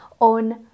on